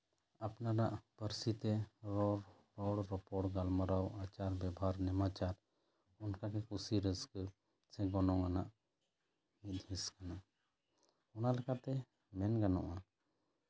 ᱟᱯᱱᱟᱨᱟᱜ ᱯᱟᱹᱨᱥᱤᱛᱮ ᱨᱚᱲ ᱨᱚᱯᱚᱲ ᱜᱟᱞᱢᱟᱨᱟᱣ ᱟᱪᱟᱨ ᱵᱮᱵᱷᱟᱨ ᱱᱮᱢᱟᱪᱟᱨ ᱚᱱᱠᱟᱜᱮ ᱠᱩᱥᱤ ᱨᱟᱹᱥᱠᱟᱹ ᱥᱮ ᱜᱚᱱᱚᱝ ᱟᱱᱟᱜ ᱢᱤᱫ ᱦᱤᱸᱥ ᱠᱟᱱᱟ ᱚᱱᱟ ᱞᱮᱠᱟᱛᱮ ᱢᱮᱱ ᱜᱟᱱᱚᱜᱼᱟ